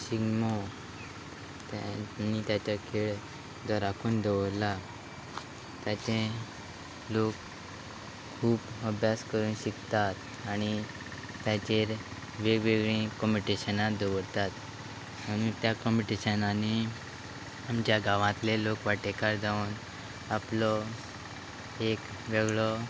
शिगमो ताणी तेच्या खेळ जो राखून दवरला ताचे लोक खूब अभ्यास करून शिकतात आनी ताचेर वेगवेगळीं कॉम्पिटिशनां दवरतात आनी त्या कॉम्पिटिशनांनी आमच्या गांवांतले लोक वांटेकार जावन आपलो एक वेगळो